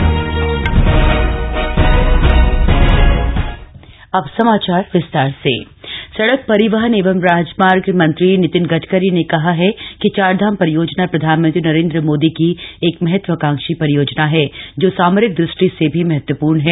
नितिन गडकरी सड़क परिवहन एवं राजमार्ग मंत्री नितिन गड़करी ने कहा है कि चारधाम परियोजना प्रधानमंत्री नरेन्द्र मोदी की एक महत्वाकांक्षी परियोजना है जो सामरिक दृष्टि से भी महत्वपूर्ण है